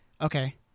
Okay